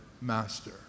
master